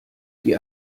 die